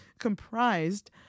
comprised